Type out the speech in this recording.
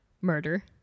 murder